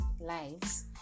lives